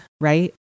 right